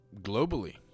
globally